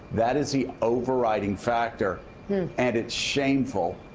that is the overriding factor and it's shameful.